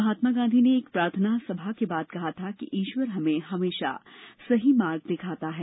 महात्मा गांधी ने एक प्रार्थना सभा के बाद कहा था कि ईश्वर हमेशा हमें सही मार्ग दिखाता है